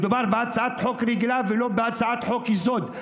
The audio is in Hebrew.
מדובר בהצעת חוק רגילה ולא בהצעת חוק-יסוד,